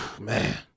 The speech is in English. Man